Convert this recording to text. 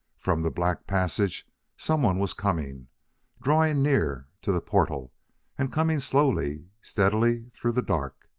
from the black passage someone was coming drawing near to the portal and coming slowly, steadily through the dark.